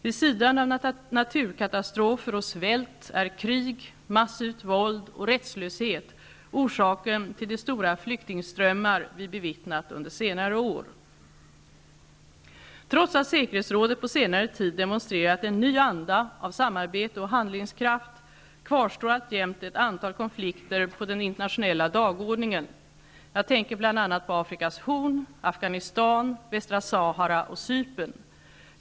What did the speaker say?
Vid sidan av naturkatastrofer och svält är krig, massivt våld och rättslöshet orsaken till de stora flyktingströmmar vi bevittnat under senare år. Trots att säkerhetsrådet på senare tid demonstrerat en ny anda av samarbete och handlingskraft, kvarstår alltjämt ett antal konflikter på den internationella dagordningen. Jag tänker bl.a. på Afrikas Horn, Afghanistan, Västra Sahara och Cypern.